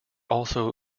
also